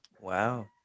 Wow